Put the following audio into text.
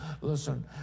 Listen